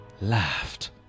laughed